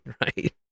right